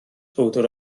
bowdr